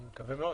אני מקווה מאוד.